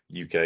UK